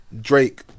Drake